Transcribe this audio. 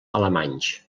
alemanys